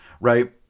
right